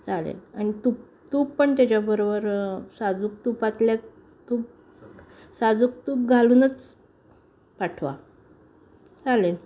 चालेल आणि तूप तूप पण त्याच्याबरोबर साजूक तुपातल्या तूप साजूक तूप घालूनच पाठवा चालेल